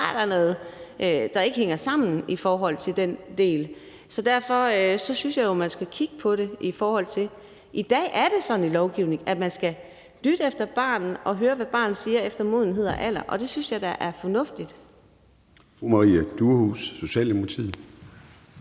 Der er da noget, der ikke hænger sammen i forhold til den del. Derfor synes jeg jo, at man skal kigge på det. I dag er det sådan i lovgivningen, at man skal lytte til barnet og høre, hvad barnet siger, efter modenhed og alder, og det synes jeg da er fornuftigt.